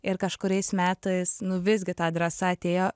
ir kažkuriais metais nu visgi ta drąsa atėjo